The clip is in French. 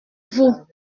vous